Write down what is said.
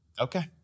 Okay